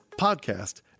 podcast